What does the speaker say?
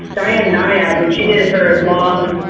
diana nyad, when she did her long,